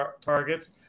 targets